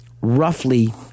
roughly